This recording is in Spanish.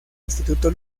instituto